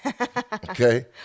Okay